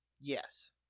Yes